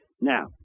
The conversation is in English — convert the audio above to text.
Now